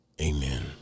Amen